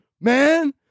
man